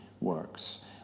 works